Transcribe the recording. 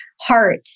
heart